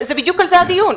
בדיוק על זה הדיון.